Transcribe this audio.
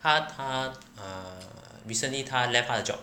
他他 err recently 他 left 他的 job